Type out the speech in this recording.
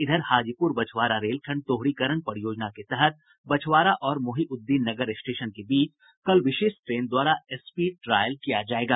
इधर हाजीपुर बछवारा रेलखंड दोहरीकरण परियोजना के तहत बछवारा और मोहीउद्दीननगर स्टेशन के बीच कल विशेष ट्रेन द्वारा स्पीड ट्रायल किया जायेगा